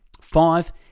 Five